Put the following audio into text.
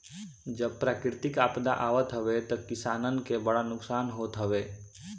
जब प्राकृतिक आपदा आवत हवे तअ किसानन के बड़ा नुकसान होत हवे